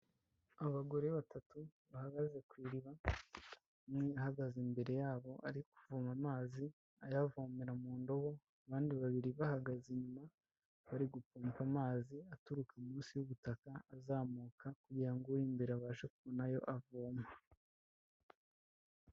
Abagore batatu bahagaze ku iriba, umwe ahagaze imbere yabo ari kuvoma amazi ayavomera mu ndobo, abandi babiri bahagaze inyuma bari gupompa amazi aturuka munsi y'ubutaka azamuka kugira ngo uri imbere abashe kubona ayo avoma.